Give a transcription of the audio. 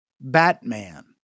Batman